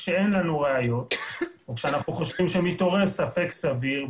כשאין לנו ראיות וכשאנחנו חושבים שמתעורר ספק סביר,